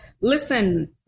listen